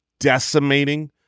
decimating